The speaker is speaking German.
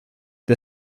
the